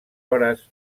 hores